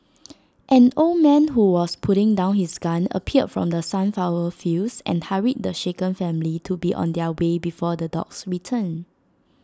an old man who was putting down his gun appeared from the sunflower fields and hurried the shaken family to be on their way before the dogs return